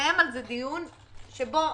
שבו